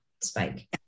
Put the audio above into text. spike